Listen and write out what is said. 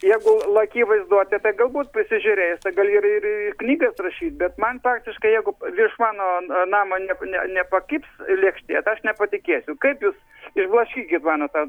jeigu laki vaizduotė tai galbūt pasižiūrėjus tai gali ir ir ir knygas rašyt bet man praktiškai jeigu virš mano namo nep ne nepakibs lėkštė tai aš nepatikėsiu kaip jūs išblaškykit mano tą